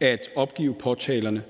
at opgive påtalerne